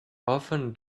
often